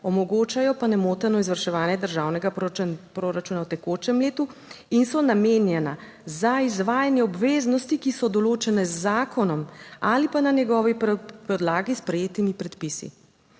omogočajo pa nemoteno izvrševanje državnega proračuna v tekočem letu in so namenjena za izvajanje obveznosti, ki so določene z zakonom ali pa na njegovi podlagi sprejetimi predpisi.